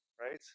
Right